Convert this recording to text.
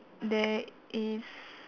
there is